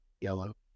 yellow